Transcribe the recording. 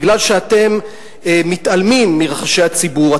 כי אתם מתעלמים מרחשי הציבור,